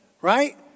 Right